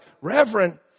Reverend